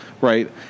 right